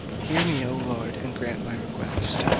hear me, o lord, and grant my request.